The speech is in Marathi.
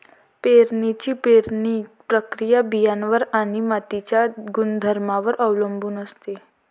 पेरणीची पेरणी प्रक्रिया बियाणांवर आणि मातीच्या गुणधर्मांवर अवलंबून असते